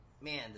Man